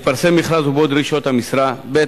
מתפרסם מכרז ובו דרישות המשרה, ב.